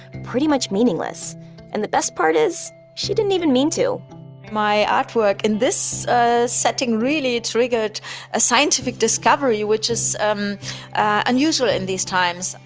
pretty much meaningless and the best part is, she didn't even mean to my artwork in this setting really triggered a scientific discovery, which is um unusual in these times.